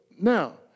Now